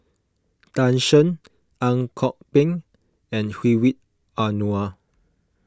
Tan Shen Ang Kok Peng and Hedwig Anuar